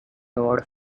award